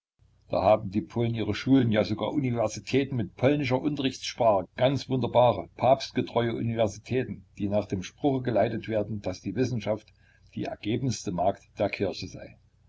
da haben die polen ihre schulen ja sogar universitäten mit polnischer unterrichtssprache ganz wunderbare papstgetreue universitäten die nach dem spruch geleitet werden daß die wissenschaft die ergebenste magd der kirche sei